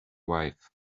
wife